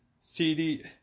CD